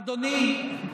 אדוני,